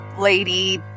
lady